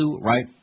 right